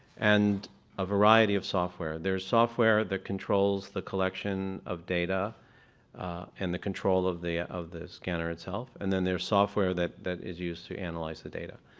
and a variety of software. there's software that controls the collection of data and the control of the of the scanner itself. and then there's software that that is used to analyze the data.